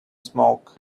smoke